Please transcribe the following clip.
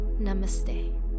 Namaste